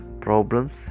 problems